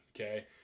Okay